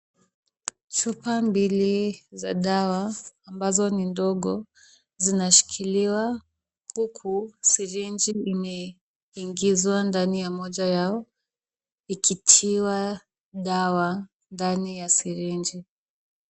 Chupa mbili za dawa ambazo ni ndogo zinashikiliwa huku sirinji imeingizwa ndani ya moja yao ikitiwa dawa ndani ya sirinji.